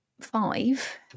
five